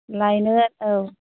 लाइनो औ